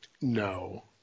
No